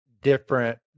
different